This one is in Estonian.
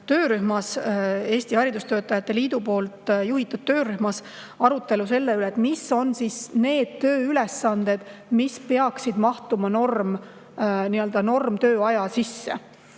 Eesti Haridustöötajate Liidu juhitud töörühmas, arutelu selle üle, mis ikkagi on need tööülesanded, mis peaksid mahtuma normtööaja sisse.